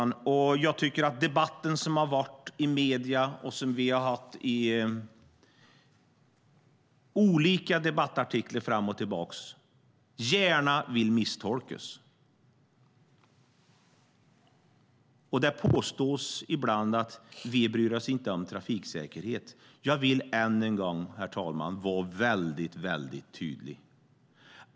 Man vill gärna misstolka vad som sagts i den debatt som har varit i medierna och som vi har haft i olika debattartiklar fram och tillbaka. Det påstås ibland att vi inte bryr oss om trafiksäkerhet. Jag vill än en gång vara väldigt tydlig.